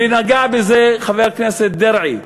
ונגע בזה חבר הכנסת דרעי,